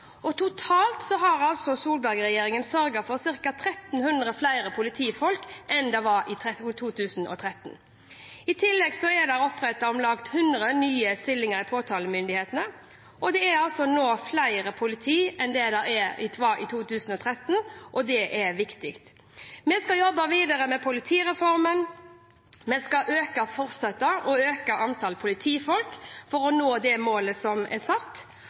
og totalt har Solberg-regjeringen sørget for ca. 1 300 flere politifolk enn det var i 2013. I tillegg er det opprettet om lag 100 nye stillinger i påtalemyndighetene, og det er altså nå flere politifolk enn det var i 2013. Det er viktig. Vi skal jobbe videre med politireformen, vi skal fortsette å øke antallet politifolk for å nå det målet som er satt,